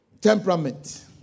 temperament